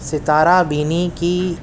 ستارہ بینی کی